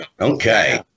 Okay